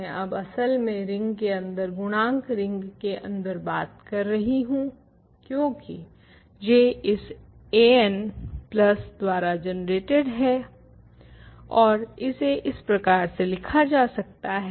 मैं अब असल में रिंग के अन्दर गुणांक रिंग के अन्दर बात कर रही हूँ क्यूंकि J इस an प्लस द्वारा जनरेटेड है ओर इसे इस प्रकार से लिखा जा सकता है